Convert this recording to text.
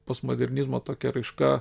postmodernizmo tokia raiška